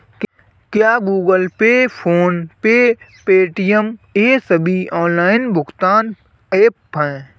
क्या Google Pay PhonePe Paytm ये सभी ऑनलाइन भुगतान ऐप हैं?